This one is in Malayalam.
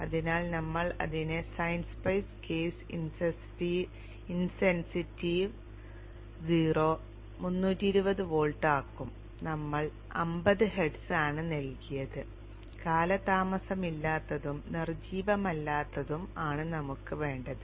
അതിനാൽ നമ്മൾ അതിനെ sine spice case insensitive 0 320 volt ആക്കും നമ്മൾ 50 ഹെർട്സ് ആണ് നൽകിയത് കാലതാമസമില്ലാത്തതും നിർജ്ജീവമല്ലാത്തതും ആണ് നമുക്ക് വേണ്ടത്